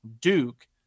Duke